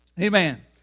Amen